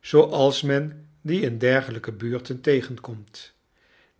zooals men die in dergelijke buurten tegenkomt